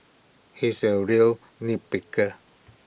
he is A real nip picker